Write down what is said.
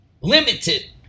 limited